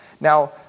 Now